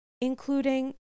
including